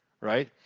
right